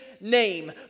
name